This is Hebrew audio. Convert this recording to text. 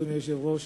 אדוני היושב-ראש,